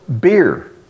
beer